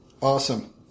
Awesome